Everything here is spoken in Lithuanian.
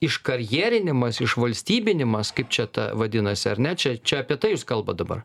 iškarjerinimas išvalstybinimas kaip čia ta vadinasi ar ne čia čia apie tai jūs kalbat dabar